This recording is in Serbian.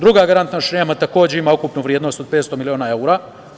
Druga garantna šema takođe ima ukupnu vrednost od 500 miliona evra.